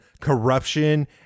corruption